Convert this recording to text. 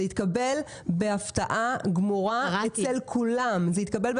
זה התקבל בהפתעה גמורה אצל כולם.